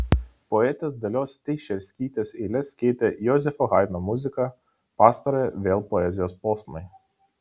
poetės dalios teišerskytės eiles keitė jozefo haidno muzika pastarąją vėl poezijos posmai